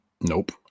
nope